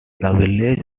village